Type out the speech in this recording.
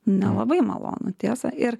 nelabai malonu tiesa ir